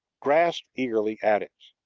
grasped eagerly at it.